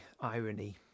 irony